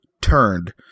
turned